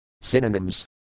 Synonyms